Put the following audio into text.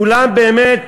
כולם, באמת,